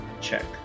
check